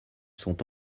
sont